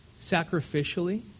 sacrificially